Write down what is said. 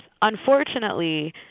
Unfortunately